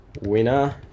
Winner